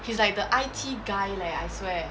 he's like the I_T guy leh I swear